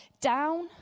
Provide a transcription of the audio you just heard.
down